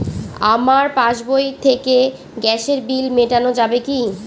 আমার পাসবই থেকে গ্যাসের বিল মেটানো যাবে কি?